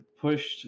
pushed